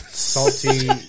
Salty